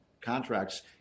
contracts